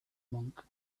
monk